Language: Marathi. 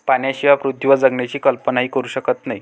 पाण्याशिवाय पृथ्वीवर जगण्याची कल्पनाही करू शकत नाही